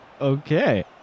Okay